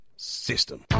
system